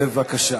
בבקשה.